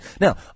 Now